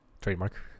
trademark